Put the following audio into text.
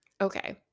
Okay